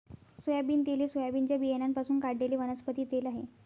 soybean तेल हे सोयाबीनच्या बियाण्यांपासून काढलेले वनस्पती तेल आहे